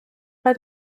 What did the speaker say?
pas